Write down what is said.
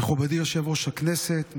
מכובדי יושב-ראש הכנסת,